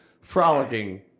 frolicking